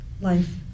life